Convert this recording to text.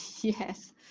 yes